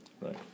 right